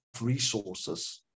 resources